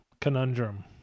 conundrum